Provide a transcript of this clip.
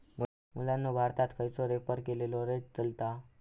मुलांनो भारतात खयचो रेफर केलेलो रेट चलता?